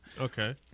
Okay